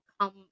come